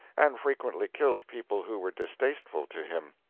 and frequently killed people who were distasteful to him.